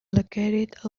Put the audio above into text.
located